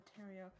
Ontario